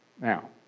Now